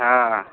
ହଁ